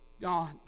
God